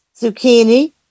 zucchini